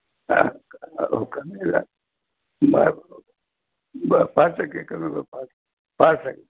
पाच टक्के कमी ब पा पाच टक्के